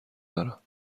دارم